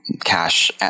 cash